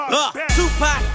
Tupac